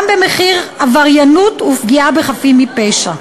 גם במחיר עבריינות ופגיעה בחפים מפשע.